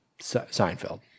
Seinfeld